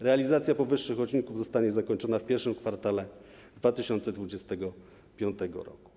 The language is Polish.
Realizacja powyższych odcinków zostanie zakończona w pierwszym kwartale 2025 r.